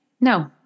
No